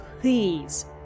please